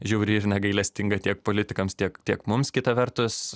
žiauri ir negailestinga tiek politikams tiek tiek mums kita vertus